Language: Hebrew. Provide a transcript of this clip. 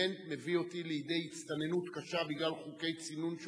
קומפלימנט מביא אותי לידי הצטננות קשה בגלל חוקי צינון שונים,